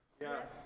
Yes